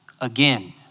again